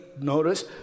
notice